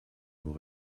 vos